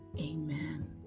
Amen